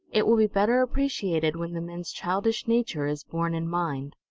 it will be better appreciated when the men's childish nature is borne in mind.